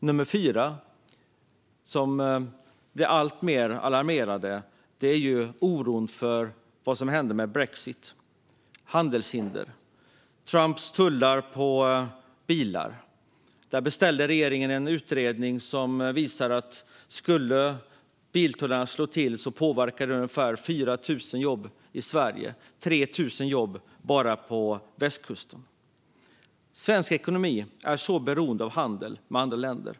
Nummer fyra, som blir alltmer alarmerande, är oron för vad som händer med brexit, handelshinder och Trumps tullar på bilar. Regeringen beställde en utredning som visar att om biltullarna skulle slå till skulle det påverka ungefär 4 000 jobb i Sverige, 3 000 bara på västkusten. Svensk ekonomi är så beroende av handel med andra länder.